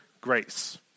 grace